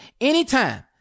anytime